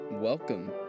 Welcome